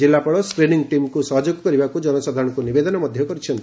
ଜିଲ୍ଲାପାଳ ସ୍କ୍ରିନିଂ ଟିମ୍କୁ ସହଯୋଗ କରିବାକୁ ଜନସାଧାରଣଙ୍କୁ ନିବେଦନ କରିଛନ୍ତି